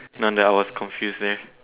now that I was confuse there